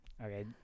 Okay